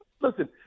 listen